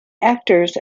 actors